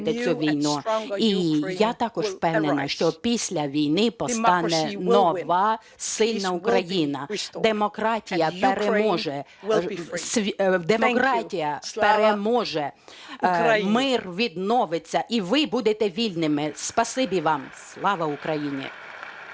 І я також впевнена, що після війни постане нова, сильна Україна. Демократія переможе, мир відноситься і ви будете вільними! Спасибі вам! Слава Україні!